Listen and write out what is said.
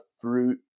fruit